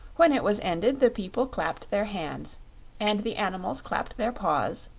when it was ended, the people clapped their hands and the animals clapped their paws,